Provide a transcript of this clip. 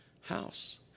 house